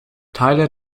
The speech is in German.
teile